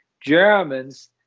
Germans